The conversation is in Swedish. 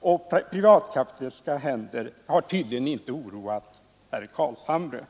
och privatkapitalistiska händer har tydligen inte oroat herr Carlshamre.